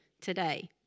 today